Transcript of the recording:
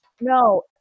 No